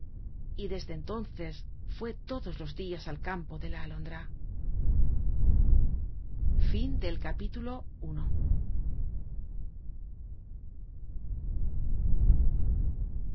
y desde entonces fué todos los dias al campo de la alondra content from